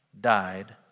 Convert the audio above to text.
died